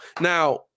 Now